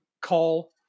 call